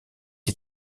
est